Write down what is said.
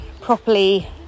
properly